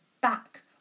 back